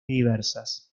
diversas